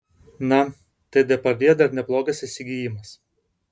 na tai depardjė dar neblogas įsigijimas